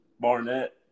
Barnett